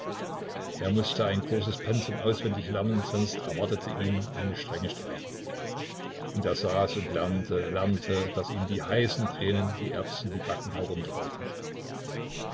er mußte ein großes pensum auswendig lernen sonst erwartete ihn eine strenge strafe und er saß und lernte lernte daß ihm die heißen tränen wie erbsen die backen